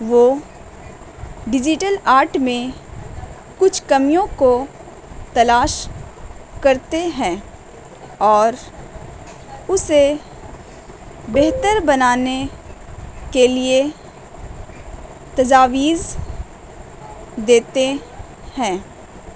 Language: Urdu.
وہ ڈیزیٹل آرٹ میں کچھ کمیوں کو تلاش کرتے ہیں اور اسے بہتر بنانے کے لیے تجاویز دیتے ہیں